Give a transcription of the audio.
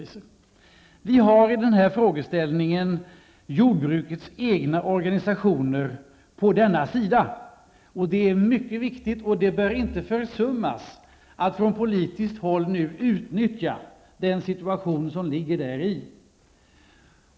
När det gäller den här frågan står jordbrukets egna organisationer på denna sida. Det är mycket viktigt, och det bör inte försummas att man från politiskt håll utnyttjar den situationen.